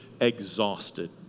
exhausted